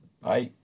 Bye